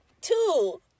Two